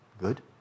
good